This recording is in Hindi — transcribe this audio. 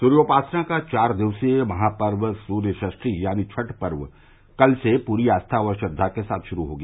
सूर्योपासना का चार दिवसीय महापर्व सूर्यषद्वी यानी छठ पर्व कल से पूरी आस्था व श्रद्वा के साथ शुरू हो गया